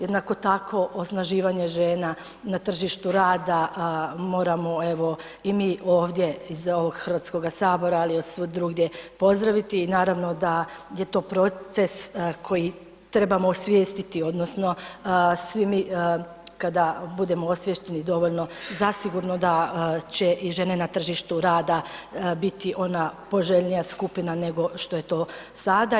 Jednako tako osnaživanje žena na tržištu rada moramo i mi ovdje iz ovog Hrvatskog sabora, ali od svud drugdje pozdraviti i naravno da je to proces koji trebamo osvijestiti odnosno svi mi kada budemo osviješteni dovoljno zasigurno da će i žene na tržištu rada biti ona poželjnija skupina nego što je to sada.